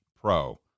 pro